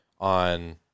on